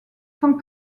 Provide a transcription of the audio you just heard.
sans